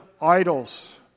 idols